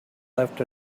left